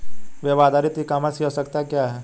Web आधारित e commerce की आवश्यकता क्या है?